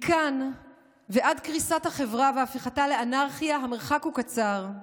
מכאן ועד קריסת החברה והפיכתה לאנרכיה המרחק הוא קצר,